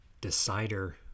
Decider